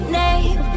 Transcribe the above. name